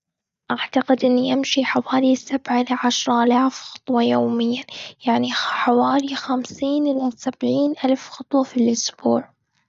أعتقد إني أمشي حوالي سبعة عشر آلاف خطوة يومياً. يعني حوالي خمسين إلى سبعين ألف خطوة في الأسبوع.